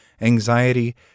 anxiety